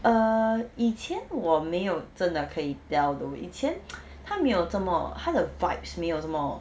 err 以前我没有真的可以 tell though 以前 他没有这么他的 vibes 没有什么